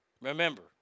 remember